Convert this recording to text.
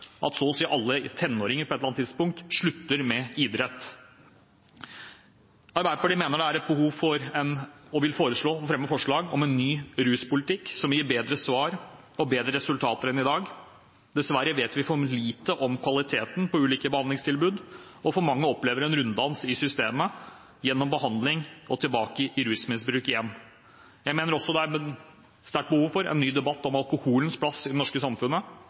at så å si alle tenåringer på et eller annet tidspunkt slutter med idrett? Arbeiderpartiet mener det er behov for en ny ruspolitikk, som gir bedre svar og bedre resultater enn i dag, og vil foreslå og fremme forslag om det. Dessverre vet vi for lite om kvaliteten på ulike behandlingstilbud. For mange opplever en runddans i systemet gjennom behandling og tilbake i rusmisbruk igjen. Jeg mener også det er et sterkt behov for en ny debatt om alkoholens plass i det norske samfunnet